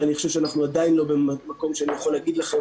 ואני חושב שאנחנו עדיין לא במקום שאני יכול להגיד לכם